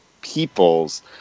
peoples